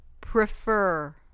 Prefer